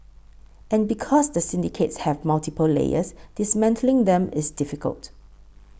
and because the syndicates have multiple layers dismantling them is difficult